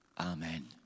Amen